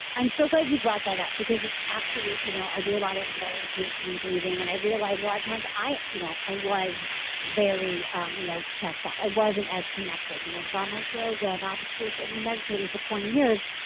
i'm so glad you brought that up, because it's actually you know i do a lot of meditation and breathing. and i realize a lot of times i you know i was very um you know chest up. i wasn't as connected you know with all my yoga and all the spiritual and meditating for twenty years,